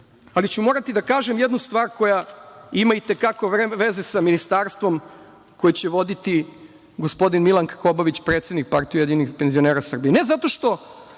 ali ću morati da kažem jednu stvar koja ima i te kako veze sa ministarstvom koji će voditi gospodin Milan Krkobabić, predsednik Partije ujedinjenih penzionera Srbije.